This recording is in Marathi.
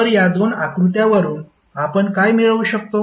तर या दोन आकृत्यावरून आपण काय मिळवू शकतो